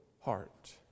heart